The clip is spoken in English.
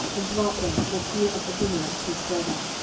and dwelt there, for fear of abimelech his brother.